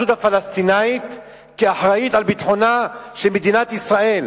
הפלסטינית כאחראית לביטחונה של מדינת ישראל.